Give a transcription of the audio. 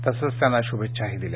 तसेच त्यांना शुभेच्छाही दिल्या